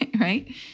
right